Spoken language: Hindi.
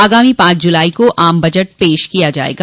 आगामी पांच जुलाई को आम बजट पेश किया जायेगा